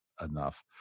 enough